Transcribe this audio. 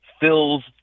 fills